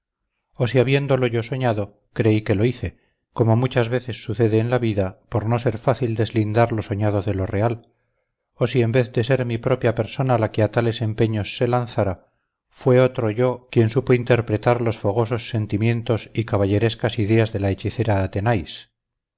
si habiéndolo yo soñado creí que lo hice como muchas veces sucede en la vida por no ser fácil deslindar lo soñado de lo real o si en vez de ser mi propia persona la que a tales empeños se lanzara fue otro yo quien supo interpretar los fogosos sentimientos y caballerescas ideas de la hechicera athenais